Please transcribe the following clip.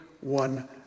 one